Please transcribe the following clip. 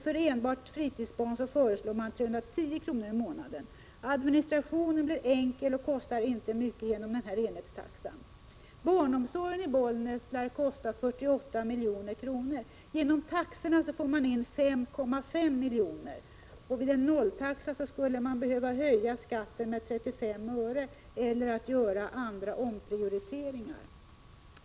För enbart fritidsbarn föreslås 310 kr. i månaden. Genom denna enhetstaxa blir administrationen enkel och 15 billig. Barnomsorgen i Bollnäs lär kosta 48 milj.kr. Genom taxan får man in 5,5 milj.kr. Vid en 0-taxa skulle man behöva höja skatten med 35 öre eller göra omprioriteringar.